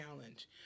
challenge